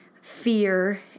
fear